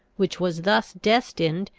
which was thus destined,